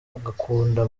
agakunda